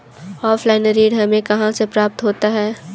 Offline ऋण हमें कहां से प्राप्त होता है?